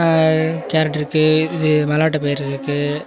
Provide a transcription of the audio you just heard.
carrot இருக்குது இது மல்லாட்டை பயிர் இருக்குது